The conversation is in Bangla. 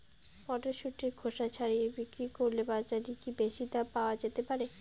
মটরশুটির খোসা ছাড়িয়ে বিক্রি করলে বাজারে কী বেশী দাম পাওয়া যেতে পারে?